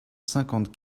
cinquante